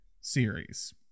series